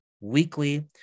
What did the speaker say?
weekly